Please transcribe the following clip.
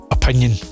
opinion